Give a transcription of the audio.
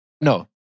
No